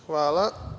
Hvala.